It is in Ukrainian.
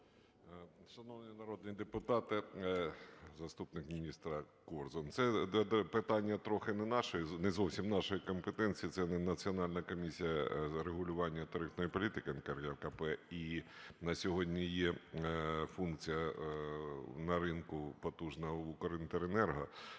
Шановні народні депутати! Заступник міністра Корзун. Це питання трохи не нашої, не зовсім нашої компетенції, це не Національна комісія з регулювання тарифної політики – НКРЕКП. І на сьогодні є функція на ринку потужна в "Укрінтеренерго".